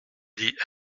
dit